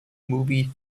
movie